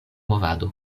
movado